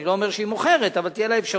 אני לא אומר שהיא מוכרת, אבל תהיה לה אפשרות